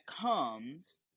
comes